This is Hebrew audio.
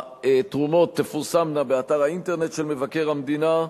התרומות תפורסמנה באתר האינטרנט של מבקר המדינה,